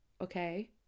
okay